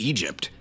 Egypt